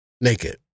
Naked